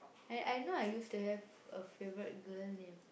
I I know I used to have a favourite girl name